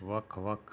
ਵੱਖ ਵੱਖ